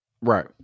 Right